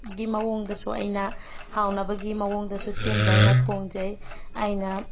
ꯒꯤ ꯃꯑꯣꯡꯗꯁꯨ ꯑꯩꯅ ꯍꯥꯎꯅꯕꯒꯤ ꯃꯑꯣꯡꯗꯁꯨ ꯁꯦꯝꯖꯔꯒ ꯊꯣꯡꯖꯩ ꯑꯩꯅ